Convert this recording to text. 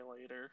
later